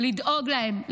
לדאוג להם,